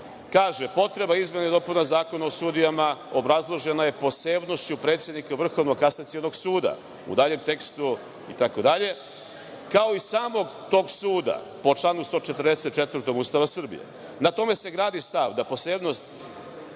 kaže – potreba izmena i dopuna Zakona o sudijama, obrazložena je posebnošću predsednika Vrhovnog kasacionog suda, u daljem tekstu, kao i samog tog suda po članu 144. Ustava Srbije. Na tome se gradi stav da posebnost